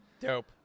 Dope